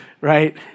right